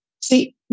See